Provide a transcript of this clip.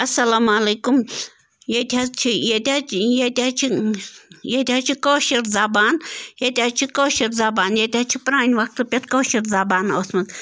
اَلسلامُ علیکُم ییٚتہِ حظ چھِ ییٚتہِ حظ چھِ ییٚتہِ حظ چھِ ییٚتہِ حظ چھِ کٲشِر زبان ییٚتہِ حظ چھِ کٲشِر زبان ییٚتہِ حظ چھِ پرانہِ وَقتہٕ پٮ۪ٹھ کٲشِر زبان ٲسٕمٕژ